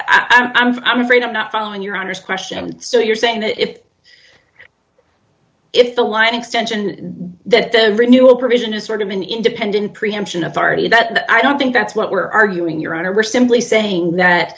something i'm afraid i'm not following your honor's question so you're saying that if if the line extension that the renewal provision is sort of an independent preemption authority that i don't think that's what we're arguing your honor we're simply saying that